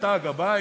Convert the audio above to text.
אתה הגבאי?